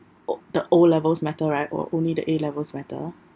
o~ the O levels matter right or only the A levels matter